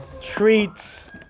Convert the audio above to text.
treats